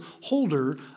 holder